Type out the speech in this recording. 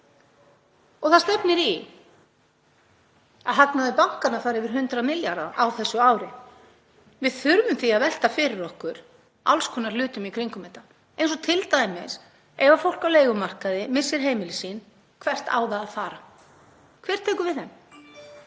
Það stefnir í að hagnaður bankanna fari yfir 100 milljarða á þessu ári. Við þurfum því að velta fyrir okkur alls konar hlutum í kringum þetta, eins og t.d.: Ef fólk á leigumarkaði missir heimili sín, hvert á það að fara? Hver tekur við þeim?